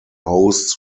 hosts